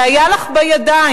זה היה לך בידיים,